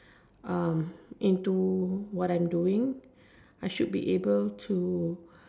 into what I'm doing I should be able to